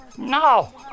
No